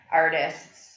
artists